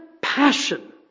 passion